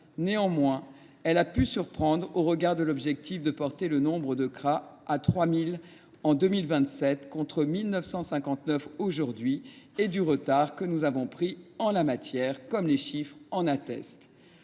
Néanmoins, elle a pu surprendre au regard de l’objectif de porter le nombre de places en CRA à 3 000 en 2027, contre 1 959 aujourd’hui, et du retard que nous avons pris en la matière, attesté par les chiffres. En